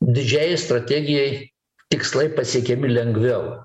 didžiajai strategijai tikslai pasiekiami lengviau